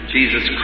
Jesus